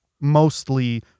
mostly